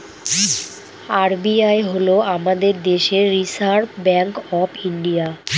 RBI হল আমাদের দেশের রিসার্ভ ব্যাঙ্ক অফ ইন্ডিয়া